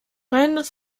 verhindert